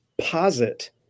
posit